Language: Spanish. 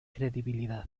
credibilidad